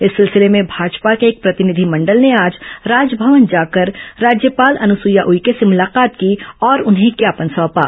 इस सिलसिले में भाजपा के एक प्रतिनिधिमंडल ने आज राजभवन जाकर राज्यपाल अनुसुईया उइके से मुलाकात की और उन्हें ज्ञापन सौंपा